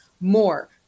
more